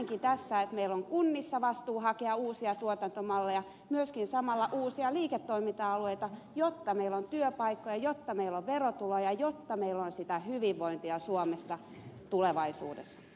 näenkin tässä että meillä on kunnissa vastuu hakea uusia tuotantomalleja myöskin samalla uusia liiketoiminta alueita jotta meillä on työpaikkoja jotta meillä on verotuloja jotta meillä on sitä hyvinvointia suomessa tulevaisuudessa